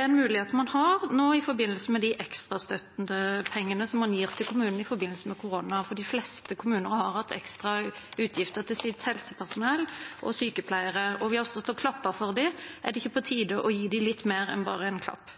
en mulighet man nå har i forbindelse med de ekstrapengene man gir til kommunen i forbindelse med korona. De fleste kommuner har hatt ekstra utgifter til helsepersonell og sykepleiere, og vi har stått og klappet for dem. Er det ikke på tide å gi dem litt mer enn bare en klapp?